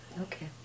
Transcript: Okay